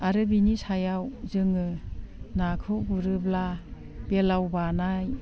आरो बिनि सायाव जोङो नाखौ गुरोब्ला बेदलाव बानाय